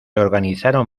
organizaron